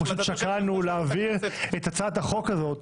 אנחנו שקלנו להעביר את הצעת החוק הזאת